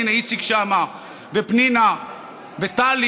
הינה, איציק שם, ופנינה וטלי.